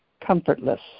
comfortless